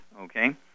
okay